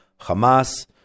Hamas